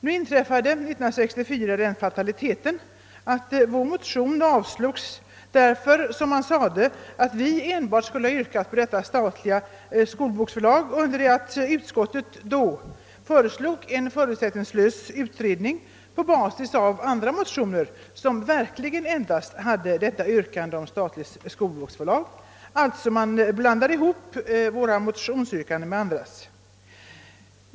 Nu inträffade år 1964 den fataliteten att vår motion avstyrktes därför att, som man sade, vi skulle ha yrkat enbart på ett statligt skolboksförlag. Utskottet föreslog i stället en förutsättningslös utredning på basis av andra motioner, som verkligen endast hade detta yrkande om ett statligt skolboksförlag. Man blandade alltså ihop våra motionsyrkanden med andras.